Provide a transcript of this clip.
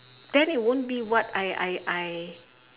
then it won't be what I I I